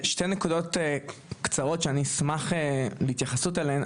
שתי נקודות קצרות שאני אשמח להתייחסות אליהן,